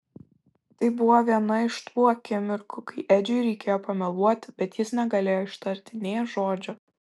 tai buvo viena iš tų akimirkų kai edžiui reikėjo pameluoti bet jis negalėjo ištarti nė žodžio